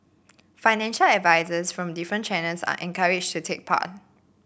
financial advisers from different channels are encouraged to take part